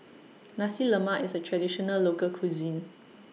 Nasi Lemak IS A Traditional Local Cuisine